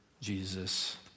Jesus